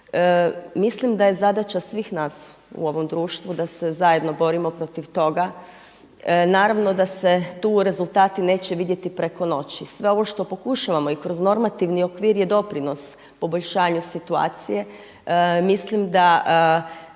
Mislim da je zadaća svih nas u ovom društvu da se zajedno borimo protiv toga, naravno da se tu rezultati neće vidjeti preko noći. Sve ovo što pokušavamo i kroz normativni okvir je doprinos poboljšanju situacije, mislim da